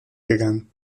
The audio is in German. gegangen